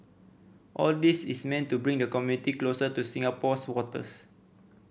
all this is meant to bring the community closer to Singapore's waters